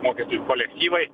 mokytojų kolektyvai